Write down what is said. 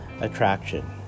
Attraction